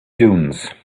dunes